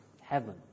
heaven